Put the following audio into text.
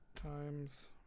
Times